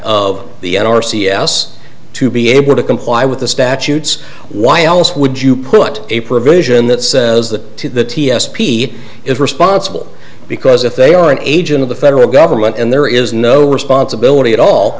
s to be able to comply with the statutes why else would you put a provision that says the t s p is responsible because if they are an agent of the federal government and there is no responsibility at all